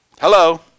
Hello